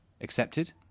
accepted